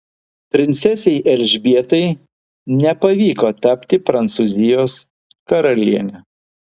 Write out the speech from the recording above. princesei elžbietai nepavyko tapti prancūzijos karaliene